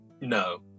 No